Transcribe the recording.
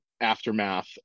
aftermath